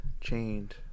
chained